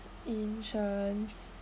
insurance